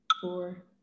four